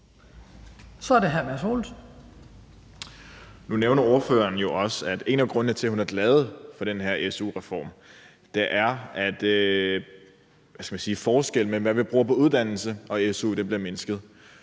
Olsen. Kl. 17:07 Mads Olsen (SF): Nu nævner ordføreren jo også, at en af grundene til, at hun er glad for den her su-reform, er, at – hvad skal man sige – forskellen mellem, hvad vi bruger på uddannelse og su bliver mindsket.